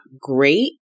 great